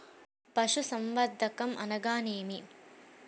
పశుసంవర్ధకం అనగా ఏమి?